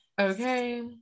okay